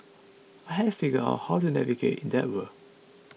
I had figured out how to navigate in that world